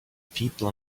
people